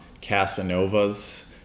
Casanova's